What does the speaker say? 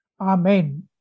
Amen